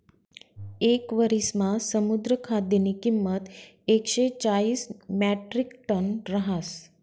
येक वरिसमा समुद्र खाद्यनी किंमत एकशे चाईस म्याट्रिकटन रहास